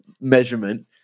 measurement